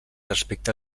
respecte